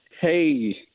Hey